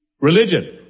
Religion